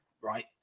right